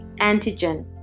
antigen